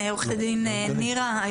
עורכת הדין נירה למאעי,